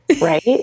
Right